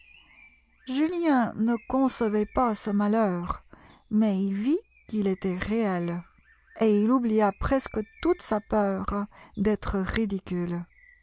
julien ne concevait pas ce malheur mais il vit qu'il était réel et il oublia presque toute sa peur d'être ridicule